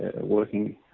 working